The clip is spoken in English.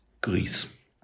Greece